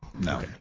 No